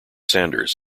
sanders